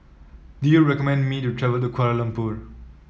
do you recommend me to travel to the Kuala Lumpur